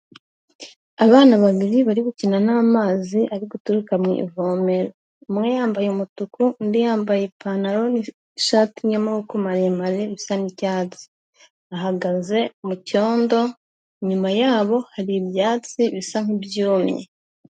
Abana babiri bari gukina n'amazi ari guturuka mu ivomero, umwe yambaye umutuku undi yambaye ipantaro n'ishati y'amaboko maremare bisa n'icyatsi, bahagaze mu cyondo, inyuma yabo hari ibyatsi bisa nk'ibyumye.